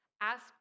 Ask